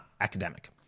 academic